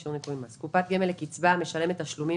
אישור ניכוי מס 2. (א) קופת גמל לקצבה המשלמת תשלומים